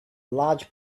large